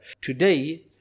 Today